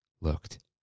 looked